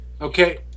Okay